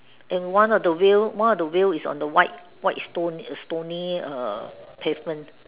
and one of the wheel one of the wheel is on the white white stone stony err pavement